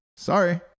Sorry